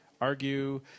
argue